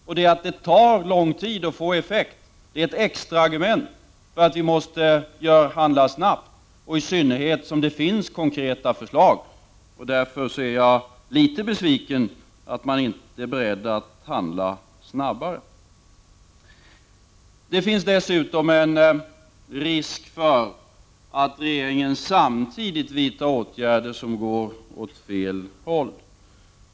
Och att det tar lång tid innan åtgärderna får effekt är ett extra argument för att vi måste handla snabbt, i synnerhet som det finns konkreta förslag. Därför är jag litet besviken över att man inte är beredd att handla snabbare. Det finns dessutom en risk för att regeringen samtidigt vidtar åtgärder som leder åt fel håll.